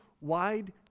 wide